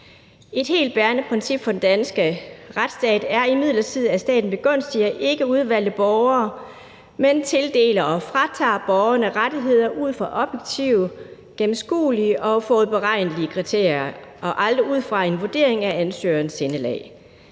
Et helt bærende princip for den danske retsstat er imidlertid, at staten begunstiger ikkeudvalgte borgere. Man tildeler og fratager borgerne rettigheder ud fra objektive, gennemskuelige og forudberegnelige kriterier og aldrig ud fra en vurdering af ansøgerens sindelag.